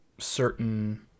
certain